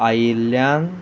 आयिल्ल्यान